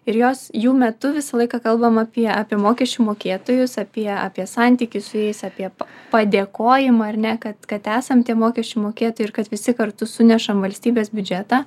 ir jos jų metu visą laiką kalbam apie apie mokesčių mokėtojus apie apie santykį su jais apie padėkojimą ar ne kad kad esam tie mokesčių mokėtojai ir kad visi kartu sunešam valstybės biudžetą